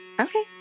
Okay